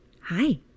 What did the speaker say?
Hi